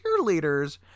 cheerleaders